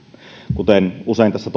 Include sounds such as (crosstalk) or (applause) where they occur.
kuten usein tässä (unintelligible)